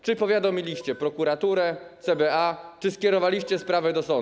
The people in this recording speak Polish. Czy powiadomiliście prokuraturę, CBA, czy skierowaliście sprawę do sądu?